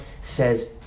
says